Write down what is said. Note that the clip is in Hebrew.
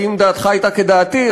כי אם דעתך הייתה כדעתי,